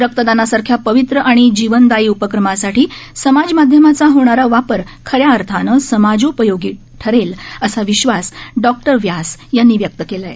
रक्तदानासारख्या पवित्र आणि जीवनदायी उपक्रमासाठी समाज माध्यमाचा होणारा वापर ख या अर्थानं समाजोपयोगी देखील ठरेल असा विश्वास डॉक्टर व्यास यांनी व्यक्त केला आहे